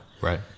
Right